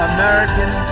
American